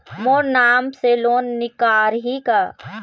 मोर नाम से लोन निकारिही का?